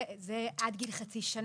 זה עד גיל חצי שנה.